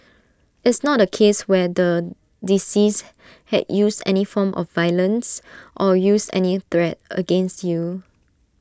it's not A case where the deceased had used any form of violence or used any threat against you